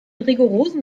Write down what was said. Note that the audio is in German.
rigorosen